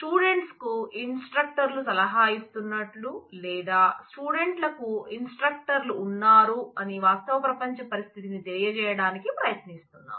స్టూడెంట్లకు ఇన్స్ట్రక్టర్లు సలహా ఇస్తున్నట్లు లేదా స్టూడెంట్లకు ఇన్స్ట్రక్టర్లు ఉన్నారని వాస్తవ ప్రపంచ పరిస్థితిని తెలియజేయడానికి ప్రయత్నిస్తున్నాం